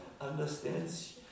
understands